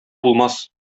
булмас